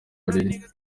hari